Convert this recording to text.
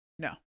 No